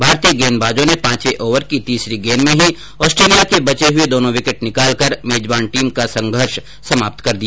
भारतीय गेंदबाजों ने पांचवें ओवर की तीसरी गैंद में ही ऑस्ट्रेलिया के बचे हुए दोनों विकेट निकालकर मेजबान टीम का संघर्ष समाप्त कर दिया